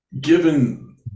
given